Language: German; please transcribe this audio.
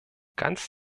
ganz